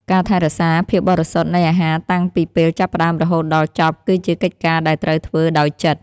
ការថែរក្សាភាពបរិសុទ្ធនៃអាហារតាំងពីពេលចាប់ផ្ដើមរហូតដល់ចប់គឺជាកិច្ចការដែលត្រូវធ្វើដោយចិត្ត។